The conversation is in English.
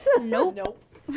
Nope